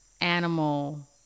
animal